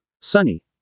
Sunny